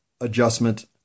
adjustment